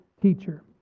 teacher